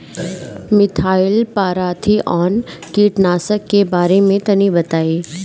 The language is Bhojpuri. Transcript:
मिथाइल पाराथीऑन कीटनाशक के बारे में तनि बताई?